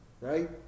right